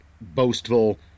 boastful